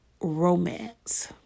romance